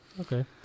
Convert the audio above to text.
Okay